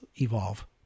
evolve